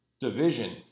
division